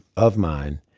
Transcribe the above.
of mine,